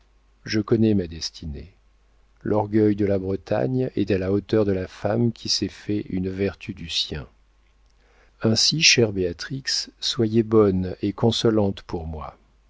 je connais ma destinée l'orgueil de la bretagne est à la hauteur de la femme qui s'est fait une vertu du sien ainsi chère béatrix soyez bonne et consolante pour moi